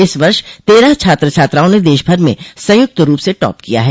इस वर्ष तेरह छात्र छात्राओं ने देशभर में संयुक्त रूप से टॉप किया है